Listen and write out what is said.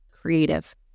creative